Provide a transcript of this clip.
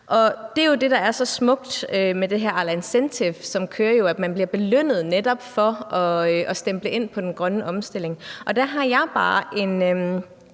Det er jo det, der er så smukt med det her Arla incentive, som gør, at man bliver belønnet netop for at stemple ind på den grønne omstilling. Der har jeg bare en